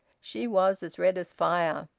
she was as red as fire.